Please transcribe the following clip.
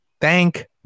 Thank